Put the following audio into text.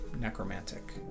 necromantic